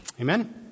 Amen